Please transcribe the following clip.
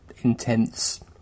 intense